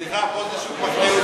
התשע"ג 2013, נתקבלה.